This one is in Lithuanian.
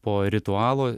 po ritualo